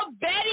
Betty